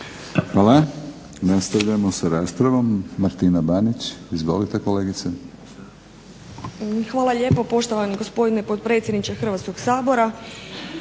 Hvala. Nastavljamo sa raspravom. Martina Banić. Izvolite kolegice. **Banić, Martina (HDZ)** Hvala lijepo poštovani gospodine potpredsjedniče Hrvatskog sabora,